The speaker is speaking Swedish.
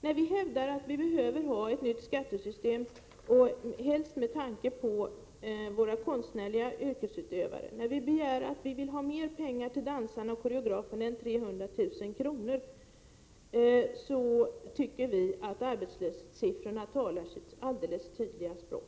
När vi hävdar att vårt land behöver ett nytt skattesystem, inte minst med tanke på konstnärliga yrkesutövare, och när vi begär mer pengar till dansarna och koreograferna än 300 000 kr., så tycker vi att arbetslöshetssiffrorna talar sitt tydliga språk.